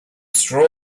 straw